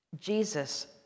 Jesus